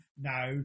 Now